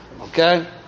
Okay